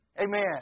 Amen